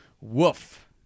woof